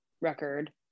record